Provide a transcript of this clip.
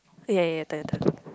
eh ya ya take your turn